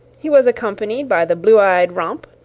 he was accompanied by the blue-eyed romp,